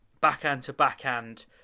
backhand-to-backhand